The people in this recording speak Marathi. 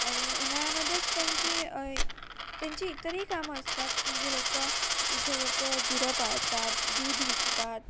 आणि उन्हाळ्यामध्येच त्यांची त्यांची इतरही कामं असतात म्हणजे लोकं इथे लोकं गुरं पाळतात दूध विकतात